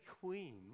queen